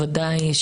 בוודאי,